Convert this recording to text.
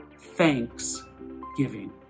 Thanksgiving